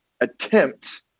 attempt –